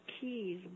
Keys